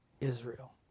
Israel